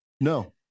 No